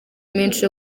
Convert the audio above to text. menshi